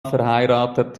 verheiratet